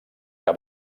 que